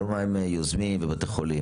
לא מה הם יוזמים בבתי חולים,